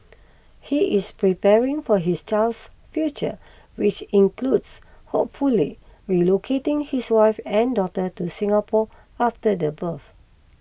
he is preparing for his child's future which includes hopefully relocating his wife and daughter to Singapore after the birth